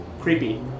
creepy